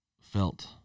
felt